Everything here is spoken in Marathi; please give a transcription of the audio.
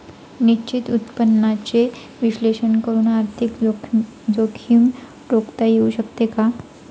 निश्चित उत्पन्नाचे विश्लेषण करून आर्थिक जोखीम रोखता येऊ शकते का?